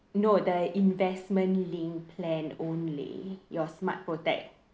no the investment linked plan only your Smart Protect